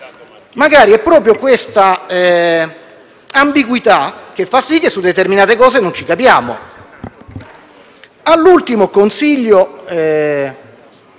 magari, è proprio questa ambiguità che fa sì che su determinati punti non ci capiamo.